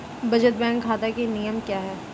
बचत बैंक खाता के नियम क्या हैं?